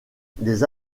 des